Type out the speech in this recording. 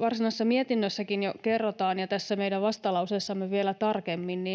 varsinaisessa mietinnössäkin jo kerrotaan ja tässä meidän vastalauseessamme vielä tarkemmin,